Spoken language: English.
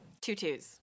Tutus